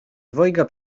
dwojga